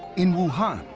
in wuhan,